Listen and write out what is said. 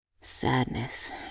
sadness